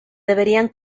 deberían